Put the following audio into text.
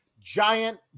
giant